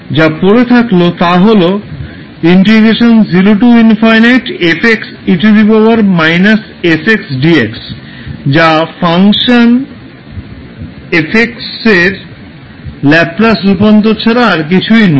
যা পড়ে থাকলো তা হল যা 𝑓𝑥 ফাংশনটির ল্যাপলাস রূপান্তর ছাড়া আর কিছুই নয়